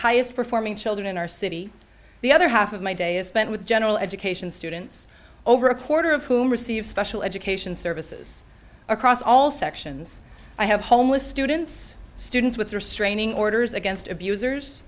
highest performing children in our city the other half of my day is spent with general education students over a quarter of whom receive special education services across all sections i have homeless students students with restraining orders against abusers